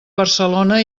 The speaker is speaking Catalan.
barcelona